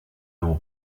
non